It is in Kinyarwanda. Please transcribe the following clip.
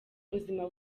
ubuzima